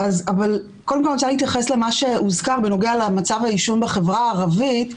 קודם כל אני רוצה להתייחס למה שהוזכר בנוגע למצב העישון בחברה הערבית.